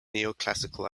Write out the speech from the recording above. neoclassical